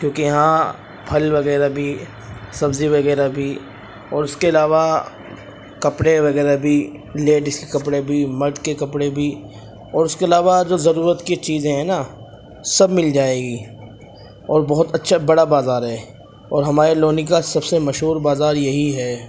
کیونکہ یہاں پھل وغیرہ بھی سبزی وغیرہ بھی اور اس کے علاوہ کپڑے وغیرہ بھی لیڈس کے کپڑے بھی مرد کے کپڑے بھی اور اس کے علاوہ جو ضرورت کی چیزیں ہیں نا سب مل جائے گی اور بہت اچھا بڑا بازار ہے اور ہمارے لونی کا سب سے مشہور بازار یہی ہے